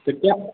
तऽ किआ नहि